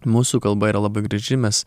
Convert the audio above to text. mūsų kalba yra labai graži mes